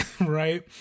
Right